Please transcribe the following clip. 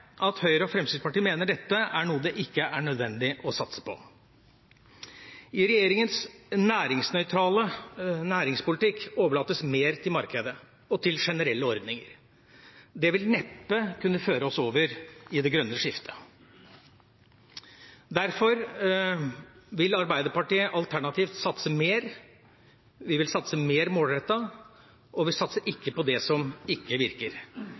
at Høyre og Fremskrittspartiet mener dette er noe det ikke er nødvendig å satse på. I regjeringens næringsnøytrale næringspolitikk overlates mer til markedet og til generelle ordninger. Det vil neppe kunne føre oss over i det grønne skiftet. Derfor vil Arbeiderpartiet alternativt satse mer målrettet, og vi satser ikke på det som ikke virker.